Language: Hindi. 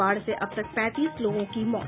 बाढ़ से अब तक पैंतीस लोगों की मौत